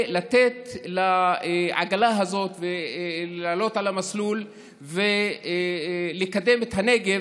לתת לעגלה הזו לעלות על המסלול ולקדם את הנגב,